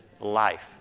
life